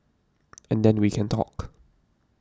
and then we can talk